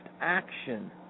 action